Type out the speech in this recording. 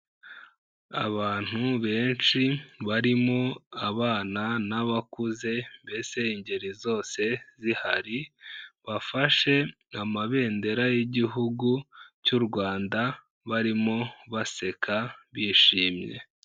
Abantu benshi barimo abana n'abakuze mbese ingeri zose zihari, bafashe amabendera y'Igihugu cy'u Rwanda barimo baseka bishimye.